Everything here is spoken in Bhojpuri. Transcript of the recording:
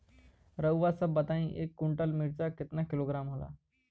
रउआ सभ बताई एक कुन्टल मिर्चा क किलोग्राम होला?